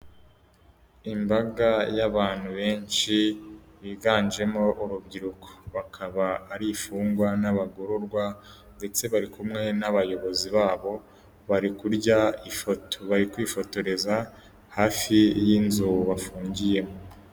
Imbaga y'abantu benshi biganjemo urubyiruko, bakaba ari imfungwa n'abagororwa ndetse bari kumwe n'abayobozi babo bari kurya ifoto, bari kwifotoreza hafi y'inzu bafungiyemo.